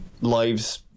lives